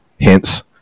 Hence